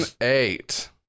eight